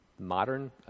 modern